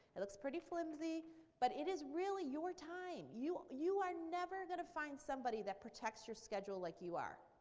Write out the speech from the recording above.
it looks pretty flimsy but it is really your time. you you are never going to find somebody that protects your schedule like you are.